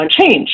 change